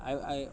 I I